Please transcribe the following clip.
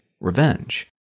revenge